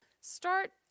start